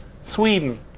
Sweden